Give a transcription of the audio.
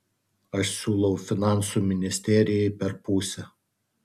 aš siūlau finansų ministerijai per pusę